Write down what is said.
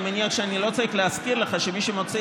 אני מניח שאני לא צריך להזכיר לך שמי שמוציא